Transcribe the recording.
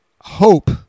hope